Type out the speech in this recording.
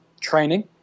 training